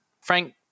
Frank